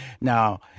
Now